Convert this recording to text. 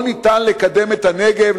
לא ניתן לקדם את הנגב,